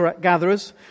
gatherers